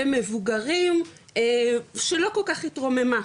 למבוגרים שלא כל כך התרוממה,